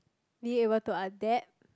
being able to adapt